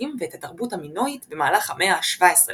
כרתים ואת התרבות המינואית במהלך המאה ה-17 לפנה"ס,